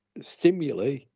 stimuli